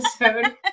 episode